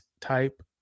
type